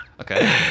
Okay